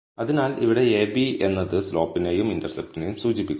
അതിനാൽ ഇവിടെ ab എന്നത് സ്ലോപ്പിനെയും ഇന്റർസെപ്റ്റിനെയും സൂചിപ്പിക്കുന്നു